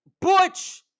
Butch